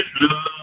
love